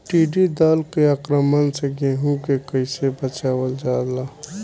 टिडी दल के आक्रमण से गेहूँ के कइसे बचावल जाला?